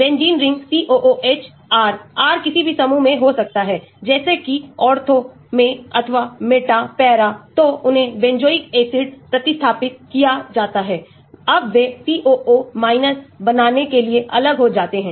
benzene ring COOH R R किसी भी समूह में हो सकता है जैसे कि ऑर्थो में अथवा मेटा पैरा तो उन्हें बेंजोइक एसिड प्रतिस्थापित किया जाता है अब वे COO बनाने के लिए अलग हो जाते हैं